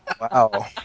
Wow